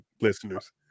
listeners